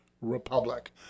republic